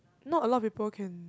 not a lot of people can